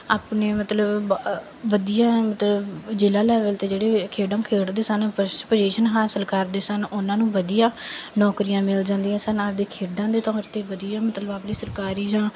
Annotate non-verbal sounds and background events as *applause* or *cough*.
ਆਪਣੇ ਮਤਲਬ *unintelligible* ਵਧੀਆ ਮਤਲਬ ਜ਼ਿਲ੍ਹਾ ਲੈਵਲ 'ਤੇ ਜਿਹੜੇ ਖੇਡਾਂ ਖੇਡਦੇ ਸਨ ਫਸਟ ਪੁਜ਼ੀਸ਼ਨ ਹਾਸਿਲ ਕਰਦੇ ਸਨ ਉਹਨਾਂ ਨੂੰ ਵਧੀਆ ਨੌਕਰੀਆਂ ਮਿਲ ਜਾਂਦੀਆਂ ਸਨ ਆਪਦੀ ਖੇਡਾਂ ਦੇ ਤੌਰ 'ਤੇ ਵਧੀਆ ਮਤਲਬ ਆਪਣੀ ਸਰਕਾਰੀ ਜਾਂ